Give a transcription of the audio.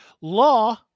Law